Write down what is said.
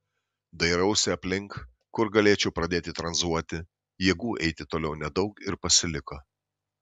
dairausi aplink kur galėčiau pradėti tranzuoti jėgų eiti toliau nedaug ir pasiliko